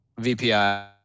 VPI